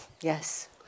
Yes